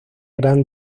gran